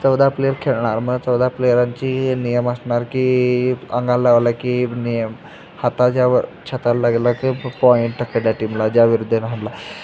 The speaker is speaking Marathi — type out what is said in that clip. चौदा प्लेयर खेळणार मग चौदा प्लेयरांची नियम असणार की अंगाला लावला की नियम हाताच्यावर छातीला लागेल की पॉईंट तकाडा टीमला ज्या विरूद्ध हाणला